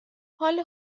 حال